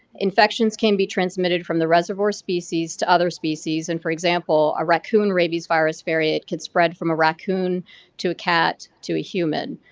infections can be transmitted from the reservoir species to other species. and for example, a raccoon rabies virus variant could spread from a raccoon to a cat to a human.